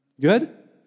Good